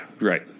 right